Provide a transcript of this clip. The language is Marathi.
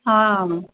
हां